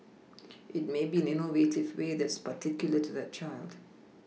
it may be an innovative way that's particular to that child